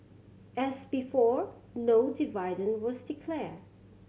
as before no dividend was declared